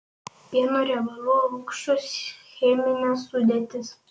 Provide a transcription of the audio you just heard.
pieno riebalų rūgščių cheminė sudėtis